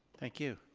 thank you.